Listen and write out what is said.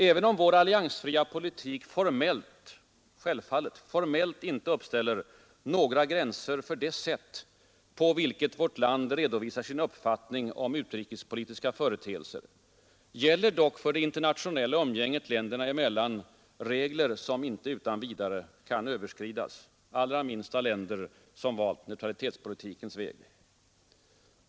Även om vår alliansfria politik formellt inte uppställer några gränser för det sätt på vilket vårt land redovisar sin uppfattning om utrikespolitiska företeelser, gäller dock för det internationella umgänget länderna emellan regler som icke utan vidare kan överskridas, allra minst av länder som valt neutralitetspolitikens väg.